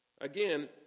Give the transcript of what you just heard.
again